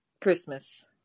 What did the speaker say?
Christmas